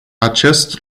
acest